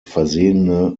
versehene